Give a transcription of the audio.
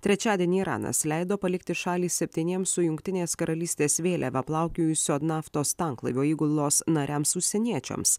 trečiadienį iranas leido palikti šalį septyniems su jungtinės karalystės vėliava plaukiojusio naftos tanklaivio įgulos nariams užsieniečiams